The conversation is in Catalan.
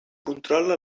controla